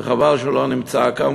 וחבל שהוא לא נמצא כאן,